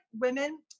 women